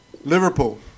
Liverpool